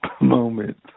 moment